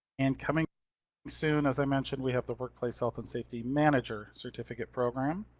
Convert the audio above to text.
and coming soon as i mentioned, we have the work place health and safety manager certificate program.